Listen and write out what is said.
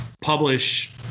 publish